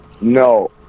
no